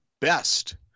best